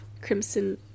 crimson